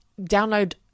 download